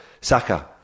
Saka